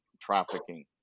trafficking